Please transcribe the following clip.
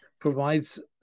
provides